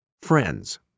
Friends